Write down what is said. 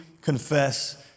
confess